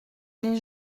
les